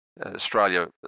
Australia